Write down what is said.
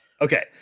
Okay